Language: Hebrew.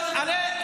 למה לא דיברת?